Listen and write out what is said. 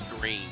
Green